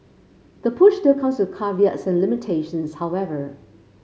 the push still comes with caveats and limitations however